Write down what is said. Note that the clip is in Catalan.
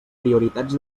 prioritats